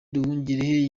nduhungirehe